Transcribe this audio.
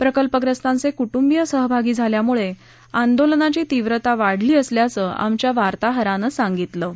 प्रकल्पग्रस्तांचे कुटुंबीय सहभागी झाल्यानं आंदोलनाची तीव्रता वाढली असल्याचं आमच्या वार्ताहरानं कळवलं आहे